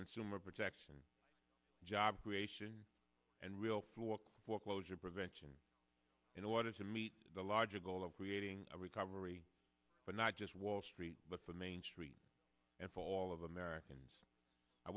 consumer protection job creation and real foreclosure prevention in order to meet the larger goal of creating a recovery but not just wall street but for main street and fall of americans